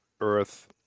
earth